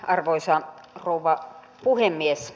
arvoisa rouva puhemies